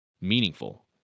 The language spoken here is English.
meaningful